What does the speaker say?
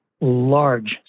large